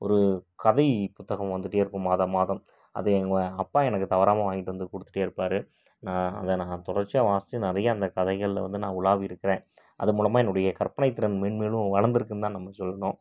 ஒரு கதை புத்தகம் வந்துட்டே இருக்கும் மாத மாதம் அது எங்கள் அப்பா எனக்கு தவறாமல் வாங்கிட்டு வந்து கொடுத்துட்டே இருப்பாரு நான் அதை நான் தொடர்ச்சியாக வாசித்து நிறைய அந்த கதைகளில் வந்து உலாவிருக்கேன் அது மூலமாக என்னுடைய கற்பனைத்திறன் மேன்மேலும் வளர்ந்துருக்குனு தான் நம்ம சொல்லணும்